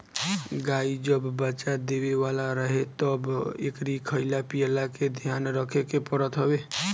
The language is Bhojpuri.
गाई जब बच्चा देवे वाला रहे तब एकरी खाईला पियला के ध्यान रखे के पड़त हवे